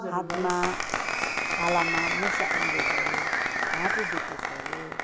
हातमा छालामा मुसा उम्रेकोहरू घाँटी दुखेकोहरू